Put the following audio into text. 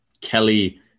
Kelly